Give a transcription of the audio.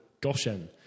goshen